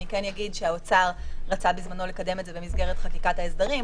אגיד שהאוצר רצה בזמנו לקדם את זה במסגרת חקיקת ההסדרים,